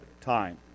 time